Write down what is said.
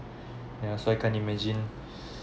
yeah so I can't imagine